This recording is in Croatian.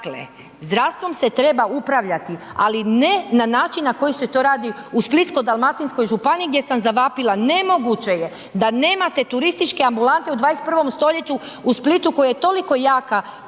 Dakle, zdravstvom se treba upravljati, ali ne na način na koji se to radi u Splitsko-dalmatinskoj županiji gdje sam zavapila, nemoguće je da nemate turističke ambulante u 21. st. u Splitu koji je toliko jaka